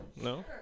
No